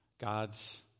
God's